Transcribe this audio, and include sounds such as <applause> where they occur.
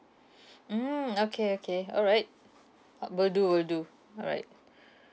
<breath> mm okay okay alright <noise> will do will do alright <breath>